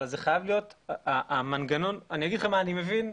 אני אגיד לכם מה אני מבין.